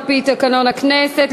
על-פי תקנון הכנסת,